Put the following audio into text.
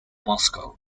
moscow